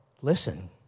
Listen